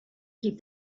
keep